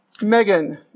Megan